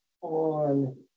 on